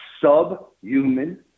subhuman